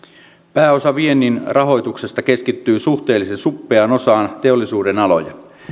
pääosa viennin rahoituksesta keskittyy suhteellisen suppeaan osaan teollisuudenaloja